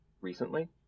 recently